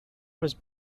was